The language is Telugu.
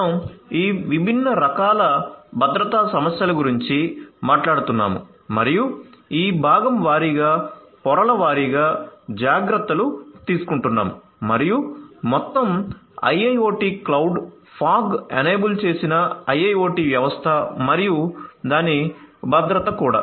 మనం ఈ విభిన్న రకాల భద్రతా సమస్యల గురించి మాట్లాడుతున్నాము మరియు ఈ భాగం వారీగా పొరల వారీగా జాగ్రత్తలు తీసుకుంటున్నాము మరియు మొత్తం IIoT క్లౌడ్ ఫాగ్ ఎనేబుల్ చేసిన IIoT వ్యవస్థ మరియు దాని భద్రత కూడా